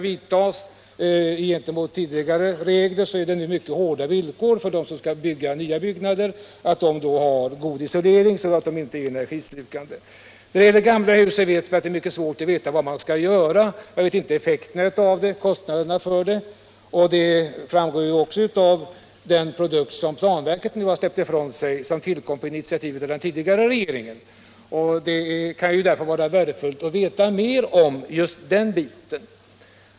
Jämfört med tidigare regler är villkoren mycket hårda vad gäller exempelvis isoleringen. I fråga om gamla hus är det mycket svårt att veta vad som bör göras. Man känner inte till kostnaderna och de energibesparande effekterna. Det framgår också av den produkt som planverket nu har släppt ifrån sig, vilken tillkom på initiativ av den tidigare regeringen. Det kan därför vara värdefullt att veta mer om just den biten.